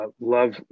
love